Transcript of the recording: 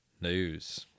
news